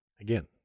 Again